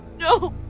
no.